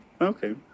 Okay